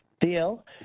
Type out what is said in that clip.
deal